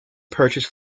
purchased